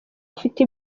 ufite